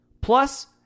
plus